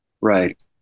Right